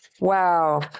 wow